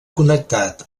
connectat